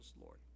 Lord